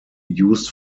used